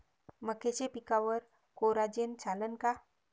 मक्याच्या पिकावर कोराजेन चालन का?